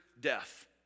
death